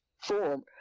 form